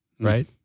right